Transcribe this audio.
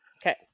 Okay